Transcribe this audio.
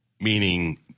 meaning